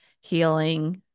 healing